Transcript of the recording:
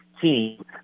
team